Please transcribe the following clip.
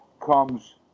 comes